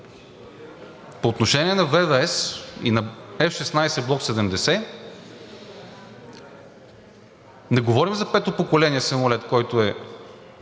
По отношение на ВВС и на F-16 Block 70. Не говорим за пето поколение самолет, който е